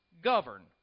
govern